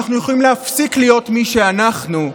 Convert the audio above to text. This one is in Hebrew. אנחנו יכולים להפסיק להיות מי שאנחנו,